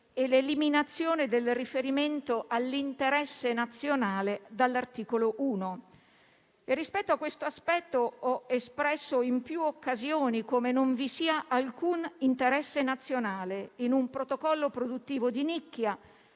e l'eliminazione del riferimento all'interesse nazionale dall'articolo 1. Rispetto a questo aspetto, ho espresso in più occasioni come non vi sia alcun interesse nazionale in un protocollo produttivo di nicchia